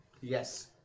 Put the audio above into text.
Yes